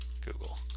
Google